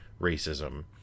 racism